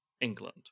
England